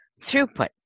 throughput